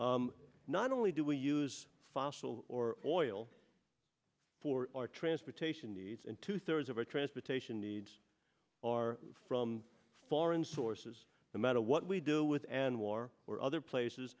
not only do we use fossil or oil for our transportation needs and two thirds of our transportation needs are from foreign sources the matter what we do with anwar or other places